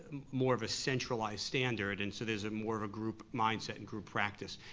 more of a centralized standard, and so there's more of a group mindset and group practice.